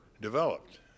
developed